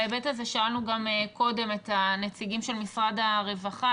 בהיבט הזה שאלנו גם קודם את הנציגים של משרד הרווחה.